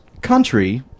country